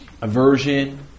Aversion